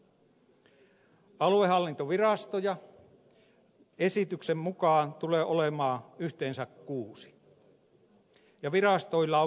aluehallintovirastoja esityksen mukaan tulee olemaan yhteensä kuusi ja virastoilla on viisi vastuualuetta